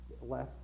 less